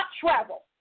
travel